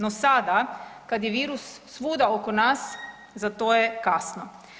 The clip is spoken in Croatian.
No sada, kad je virus svuda oko nas za to je kasno.